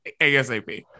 asap